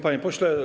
Panie Pośle!